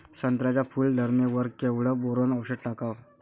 संत्र्याच्या फूल धरणे वर केवढं बोरोंन औषध टाकावं?